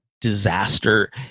disaster